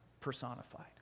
personified